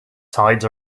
tides